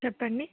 చెప్పండి